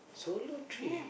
solo trip